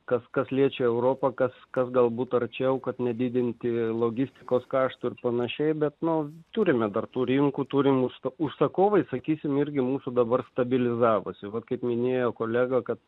kas kas liečia europą kas kad galbūt arčiau kad nedidinti logistikos kašto ir panašiai bet nors turime dar tų rinkų turi mūsų užsakovai sakysime irgi mūsų dabar stabilizavosi vat kaip minėjo kolega kad